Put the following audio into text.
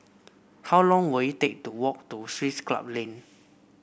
how long will it take to walk to Swiss Club Lane